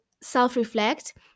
self-reflect